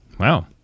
Wow